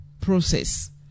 process